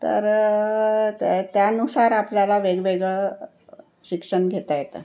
तर त्या त्यानुसार आपल्याला वेगवेगळं शिक्षण घेता येतं